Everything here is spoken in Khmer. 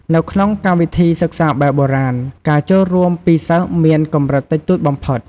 នៅក្នុងកម្មវិធីសិក្សាបែបបុរាណ ការចូលរួមពីសិស្សមានកម្រិតតិចតួចបំផុត។